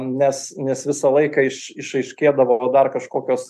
nes nes visą laiką iš išaiškėdavo va dar kažkokios